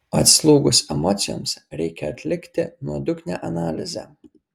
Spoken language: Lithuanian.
atslūgus emocijoms reikia atlikti nuodugnią analizę